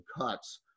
cuts